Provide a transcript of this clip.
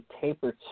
tapered